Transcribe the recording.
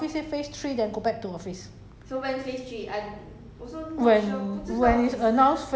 no mm no no because they say my office say phase three then go back to office